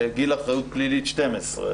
גיל אחריות פלילית הוא 12,